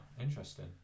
Interesting